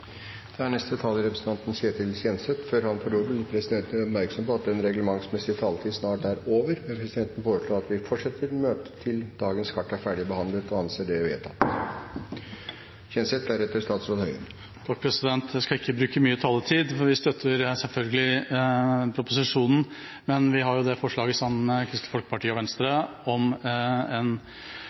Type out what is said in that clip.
Da er neste taler representanten Ketil Kjenseth. Før han får ordet, vil presidenten gjøre oppmerksom på at den reglementsmessige tid snart er over, men presidenten foreslår at vi fortsetter møtet til dagens kart er ferdigbehandlet – og anser det som vedtatt. Jeg skal ikke bruke mye taletid, for vi støtter selvfølgelig proposisjonen. Men vi har jo det forslaget sammen med Kristelig Folkeparti og Senterpartiet om en